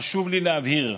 חשוב לי להבהיר: